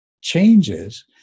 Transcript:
changes